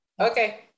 okay